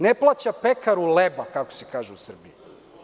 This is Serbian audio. Ne plaća pekaru 'leba, kako se kaže u Srbiji.